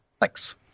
Thanks